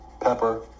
pepper